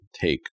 take